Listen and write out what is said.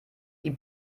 die